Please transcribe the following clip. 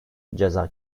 ceza